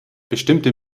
bestimmte